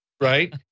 right